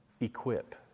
equip